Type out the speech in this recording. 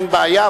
אין בעיה,